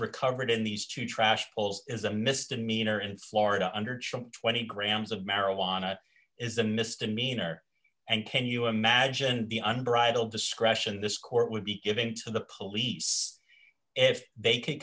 recovered in these two trash pulls is a misdemeanor in florida under twenty grams of marijuana is a misdemeanor and can you imagine the unbridled discretion this court d would be giving to the police if they c